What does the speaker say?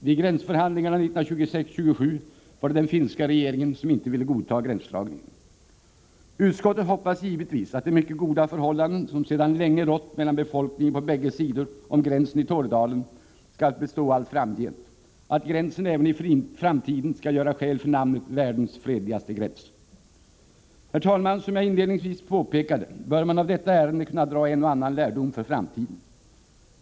Vid gränsförhandlingarna 1926-1927 var det den finska regeringen som inte ville godta gränsdragningen. Utskottet hoppas givetvis att det mycket goda förhållande som sedan länge rått mellan befolkningen på bägge sidor om gränsen i Tornedalen skall bestå allt framgent; att gränsen även i framtiden skall göra skäl för namnet ”världens fredligaste gräns”. Herr talman! Som jag inledningsvis påpekade bör man av detta ärende kunna dra en och annan lärdom för framtiden.